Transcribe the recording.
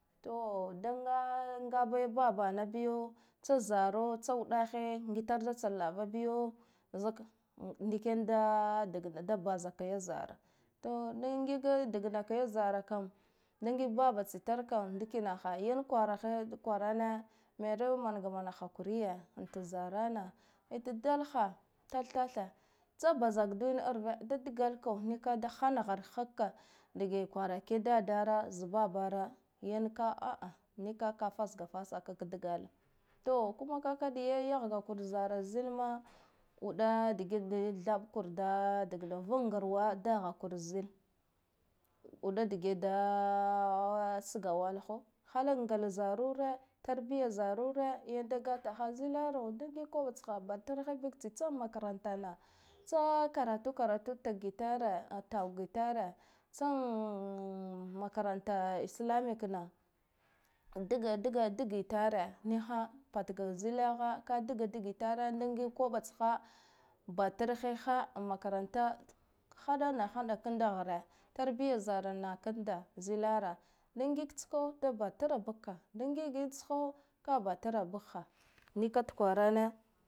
To da nga ngaa a babanabiyo tsa zaro tsa wuɗahe ngitar da tsan lava biyo zak ndiken da bazakyi zara, to da ngige dagna ki zara kam da ngiga baba tsitar kam ndikinaha yan kwaraha yud kwarane mero manga mana hakuriya anta zarana, dadala ha tath tathe tsa bazak du win arve da dgalaka nika da hanhar hakka dage kwarake dadara za babara yanka a'a nika ka tasga fasaka gdala, to kuma kakaɗa yahga kur zara zilma uɗa digid thab kurha dagna hun ngrwa daha kurzil uɗa dage da sgwala ha hala ngla zarure, tarbiya zarure yan da gata ha zilaro da da ngik koba tsha batarheb tsitsa makarantana tsa karatu karatu taghitare antangi tare makaranta islamic na, dge dge tare niha patga zilaha ka dgedge tare da ngiga koɓa tsha batar heha a makaranta haɗana haɗa kanda hare tarbiya zara na kanla zilara, da ngig tska da ba trabukka da ngigin tsha ka ba turabukha nika tukwarane